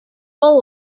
full